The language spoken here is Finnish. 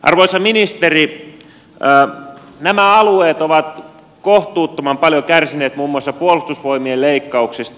arvoisa ministeri nämä alueet ovat kohtuuttoman paljon kärsineet muun muassa puolustusvoimien leikkauksista